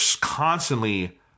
constantly